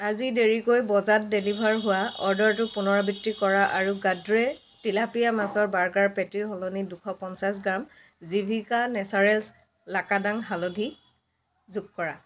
আজি দেৰিকৈ বজাত ডেলিভাৰ হোৱা অৰ্ডাৰটোৰ পুণৰাবৃত্তি কৰা আৰু গাড্ৰে টিলাপিয়া মাছৰ বাৰ্গাৰ পেটিৰ সলনি দুশ পঞ্চাছ গ্ৰাম জিভিকা নেচাৰেল্ছ লাকাডাং হালধি যোগ কৰা